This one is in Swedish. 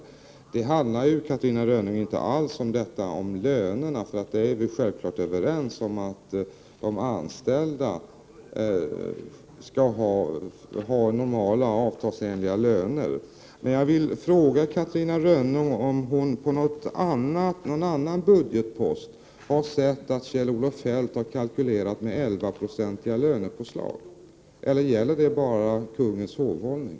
Det handlar inte alls om lönerna, Catarina Rönnung -— vi är självfallet överens om att de anställda skall ha normala, avtalsenliga löner. Jag vill fråga Catarina Rönnung om hon har sett att Kjell-Olof Feldt på någon annan budgetpost har kalkylerat med 11-procentiga lönepåslag. Eller gäller det bara kungens hovhållning?